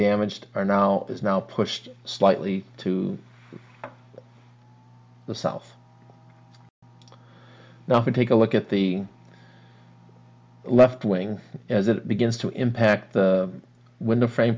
damaged our now is now pushed slightly to the south now to take a look at the left wing as it begins to impact the window frame